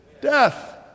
death